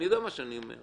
אני יודע מה שאני אומר.